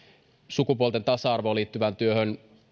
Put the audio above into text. sukupuolten tasa arvoon liittyvään työhön